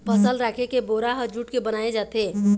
फसल राखे के बोरा ह जूट के बनाए जाथे